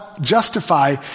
justify